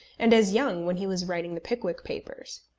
and as young when he was writing the pickwick papers.